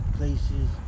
places